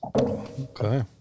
Okay